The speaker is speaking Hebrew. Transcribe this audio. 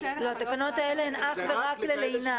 התקנות האלה הן אך ורק ללינה,